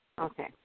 Okay